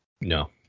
No